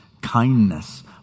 kindness